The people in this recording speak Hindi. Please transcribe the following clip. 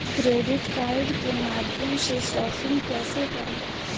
क्रेडिट कार्ड के माध्यम से शॉपिंग कैसे करें?